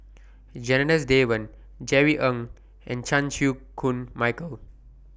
Janadas Devan Jerry Ng and Chan Chew Koon Michael